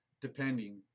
depending